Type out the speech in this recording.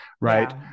right